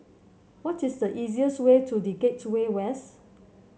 what is the easiest way to The Gateway West